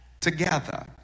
together